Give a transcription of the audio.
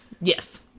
yes